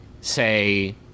say